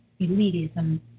elitism